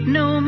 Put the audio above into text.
no